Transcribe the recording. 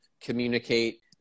communicate